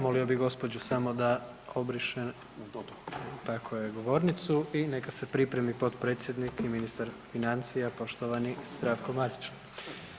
Molio bi gospođu samo da obriše govornicu i neka se pripremi potpredsjednik i ministar financija poštovani Zdravko Marić.